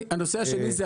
היה